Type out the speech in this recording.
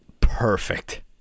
perfect